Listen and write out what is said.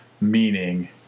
meaning